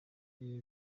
ibi